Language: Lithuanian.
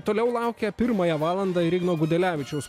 toliau laukia pirmąją valandą ir igno gudelevičiaus